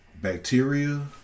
Bacteria